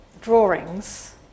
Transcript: drawings